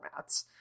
formats